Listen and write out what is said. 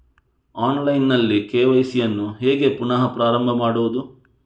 Online ನಲ್ಲಿ KYC ಯನ್ನು ಹೇಗೆ ಪುನಃ ಪ್ರಾರಂಭ ಮಾಡುವುದು?